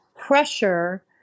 pressure